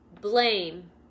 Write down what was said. blame